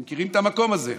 אתם מכירים את המקום הזה: